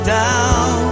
down